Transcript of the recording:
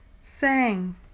Sang